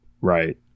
Right